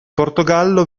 portogallo